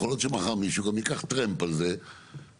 יכול להיות שמחר מישהו גם ייקח טרמפ על זה ממניעים